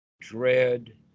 dread